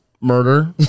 murder